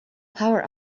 power